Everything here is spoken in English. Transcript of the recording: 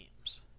teams